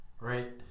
Right